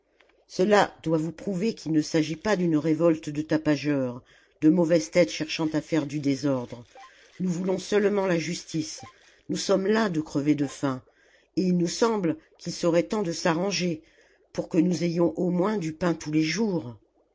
cela doit vous prouver qu'il ne s'agit pas d'une révolte de tapageurs de mauvaises têtes cherchant à faire du désordre nous voulons seulement la justice nous sommes las de crever de faim et il nous semble qu'il serait temps de s'arranger pour que nous ayons au moins du pain tous les jours